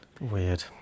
Weird